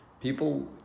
people